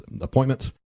appointments